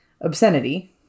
obscenity